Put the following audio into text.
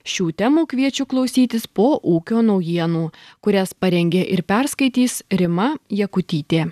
šių temų kviečiu klausytis po ūkio naujienų kurias parengė ir perskaitys rima jakutytė